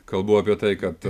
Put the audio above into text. kalbu apie tai kad